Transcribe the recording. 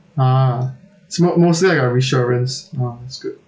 ah is about mostly like a reassurance !wah! is good